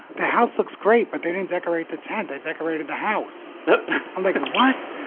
the house looks great, but they didn't decorate the tent. they decorated the house. i'm like, what?